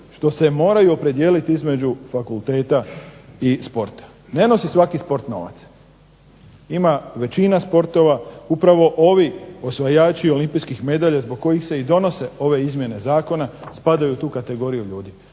što se moraju opredijeliti između fakulteta i sporta. Ne nosi svaki sport novac, ima većina sportova upravo ovi osvajači olimpijskih medalja, zbog kojih se i donose ove izmjene zakona spadaju u tu kategoriju ljudi,